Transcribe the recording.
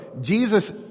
Jesus